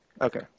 Okay